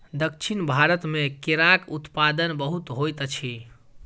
दक्षिण भारत मे केराक उत्पादन बहुत होइत अछि